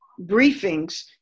briefings